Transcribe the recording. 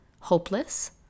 hopeless